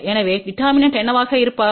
எனவே டீடெர்மினன்ட் என்னவாக இருப்பார்